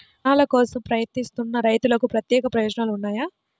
రుణాల కోసం ప్రయత్నిస్తున్న రైతులకు ప్రత్యేక ప్రయోజనాలు ఉన్నాయా?